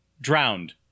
drowned